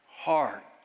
heart